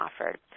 offered